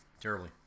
Terribly